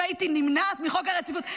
אם הייתי נמנעת מחוק הרציפות,